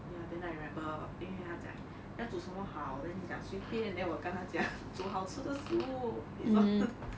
ya then I remember 因为她讲要煮什么好 leh then 你讲随便 then 我跟她讲煮好吃的食物 like this lor